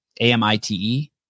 A-M-I-T-E